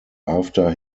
after